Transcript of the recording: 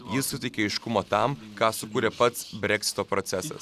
jis suteikia aiškumo tam ką sukūrė pats breksito procesas